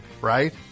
Right